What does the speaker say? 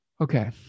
Okay